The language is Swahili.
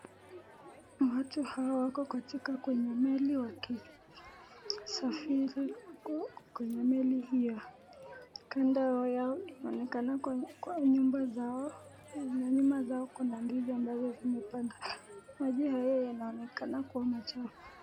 Wote hawawako Kwa meli ya safiri kuu kenye meli kando ya inaonekana ni nyumba zao Kuna ndizi ambazo zimepangwa kea kuwa yeye anaonekana kuwa Ako na nguo machafu.